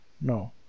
No